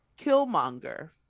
Killmonger